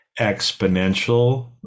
exponential